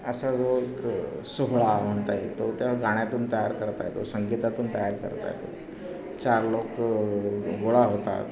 असा जो एक सोहळा म्हणता येईल तो त्या गाण्यातून तयार करता येतो संगीतातून तयार करता येतो चार लोकं गोळा होतात